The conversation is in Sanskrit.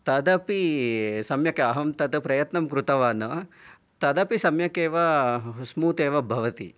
तदपि सम्यक् अहं तत् प्रयत्नं कृतवान् तदपि सम्यक् एव स्मूत् एव भवति